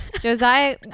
Josiah